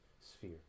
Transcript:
sphere